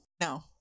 No